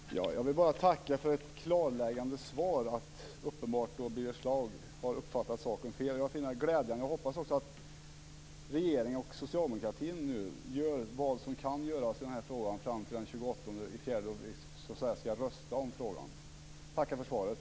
Fru talman! Jag vill bara tacka för ett klarläggande svar. Birger Schlaug har uppenbarligen uppfattat saken fel. Jag finner det glädjande. Jag hoppas också att regeringen och socialdemokratin nu gör vad som kan göras i den här frågan fram till den 28 april, då vi så att säga skall rösta om frågan. Jag tackar för svaret.